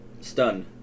stunned